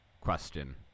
question